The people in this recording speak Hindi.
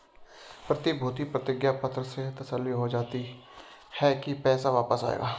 प्रतिभूति प्रतिज्ञा पत्र से तसल्ली हो जाती है की पैसा वापस आएगा